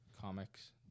comics